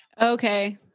Okay